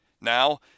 Now